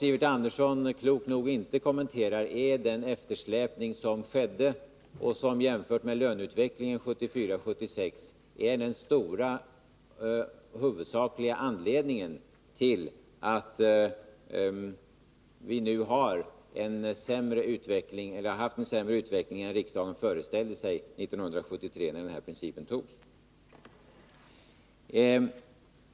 Sivert Andersson kommenterar klokt nog inte den eftersläpning som skedde och som jämfört med löneutvecklingen 1974-1976 är den huvudsakliga anledningen till att vi nu har haft en sämre utveckling än vad riksdagen föreställde sig 1973, när principen togs.